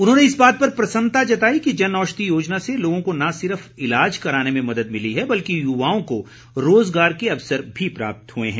उन्होंने इस बात पर प्रसन्नता जताई कि जनऔषधी योजना से लोगों को न सिर्फ ईलाज कराने में मदद मिली है बल्कि युवाओं को रोजगार के अवसर भी प्राप्त हुए हैं